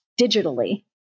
digitally